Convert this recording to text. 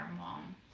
mom